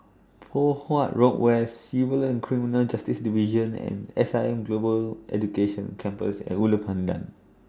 Poh Huat Road West Civil and Criminal Justice Division and S I M Global Education Campus At Ulu Pandan